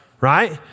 right